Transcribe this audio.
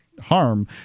harm